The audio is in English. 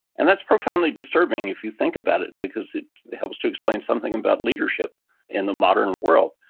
and that's profoundly disturbing if you think about it because it helps to explain something about leadership in the modern world.